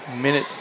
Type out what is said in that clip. Minute